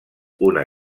una